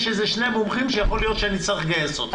איזה שני מומחים שיכול להיות שאני אצטרך לגייס אותם.